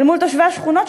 אל מול תושבי השכונות,